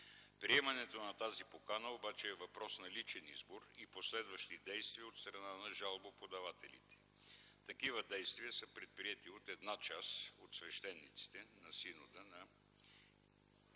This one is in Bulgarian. Приемането на тази покана обаче е въпрос на личен избор и последващи действия от страна на жалбоподателите. Такива действия са предприети от една част от свещениците на Синода на